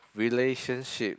relationship